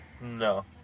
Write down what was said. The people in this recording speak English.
No